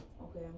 Okay